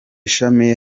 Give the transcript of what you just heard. shami